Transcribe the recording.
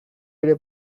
ere